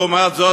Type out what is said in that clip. לעומת זאת,